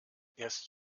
erst